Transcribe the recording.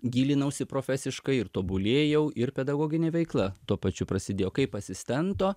gilinausi profesiškai ir tobulėjau ir pedagoginė veikla tuo pačiu prasidėjo kaip asistento